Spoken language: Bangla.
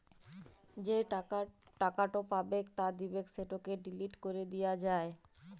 যে টাকাট পাবেক বা দিবেক সেটকে ডিলিট ক্যরে দিয়া যায়